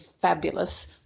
fabulous